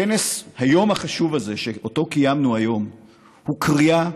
הכנס החשוב הזה שאותו קיימנו היום הוא קריאה,